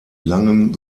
langen